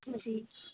جی